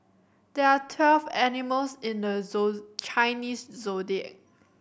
there are twelve animals in the zoo Chinese Zodiac